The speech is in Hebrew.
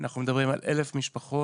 אומר שאנחנו מדברים על 1,000 משפחות,